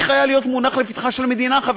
ואנחנו עוסקים כאן גם בלקחים שהחברה